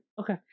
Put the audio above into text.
Okay